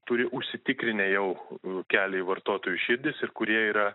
turi užsitikrinę jau kelią į vartotojų širdis ir kurie yra